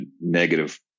negative